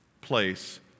place